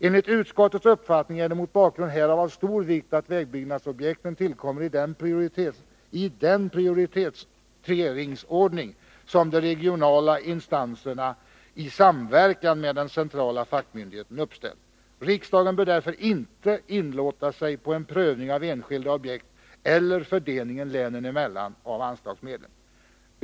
Enligt utskottets uppfattning är det mot bakgrund härav av stor vikt att vägbyggnadsobjekten tillkommer i den prioriteringsordning som de regionala instanserna i samverkan med den centrala fackmyndigheten uppställt. Riksdagen bör därför inte inlåta sig på en prövning av enskilda objekt eller fördelningen länen emellan av anslagsmedlen.